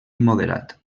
moderat